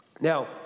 Now